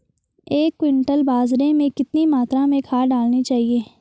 एक क्विंटल बाजरे में कितनी मात्रा में खाद डालनी चाहिए?